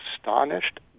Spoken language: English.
astonished